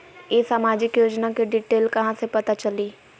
ई सामाजिक योजना के डिटेल कहा से पता चली?